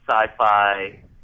sci-fi